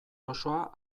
osoa